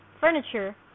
furniture